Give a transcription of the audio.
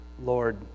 Lord